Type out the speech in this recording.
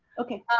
okay.